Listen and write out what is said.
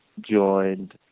joined